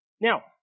Now